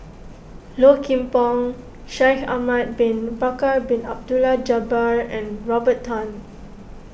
Low Kim Pong Shaikh Ahmad Bin Bakar Bin Abdullah Jabbar and Robert Tan